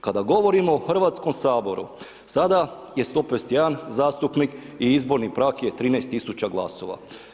Kada govorimo o Hrvatskom saboru, sada je 151 zastupnik i izborni prag je 13 tisuća glasova.